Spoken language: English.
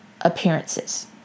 appearances